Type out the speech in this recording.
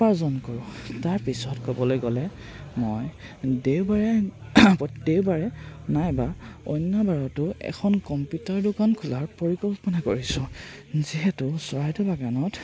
উপাৰ্জন কৰোঁ তাৰপিছত ক'বলৈ গ'লে মই দেওবাৰে প দেওবাৰে নাইবা অন্য বাৰতো এখন কম্পিউটাৰ দোকান খোলাৰ পৰিকল্পনা কৰিছোঁ যিহেতু চৰাইদেউ বাগানত